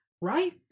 right